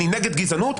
אני נגד גזענות,